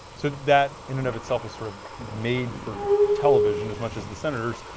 so that in and of itself sort of made for television as much as the senators,